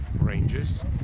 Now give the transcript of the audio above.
ranges